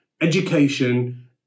education